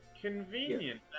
convenient